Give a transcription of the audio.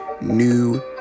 new